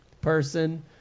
person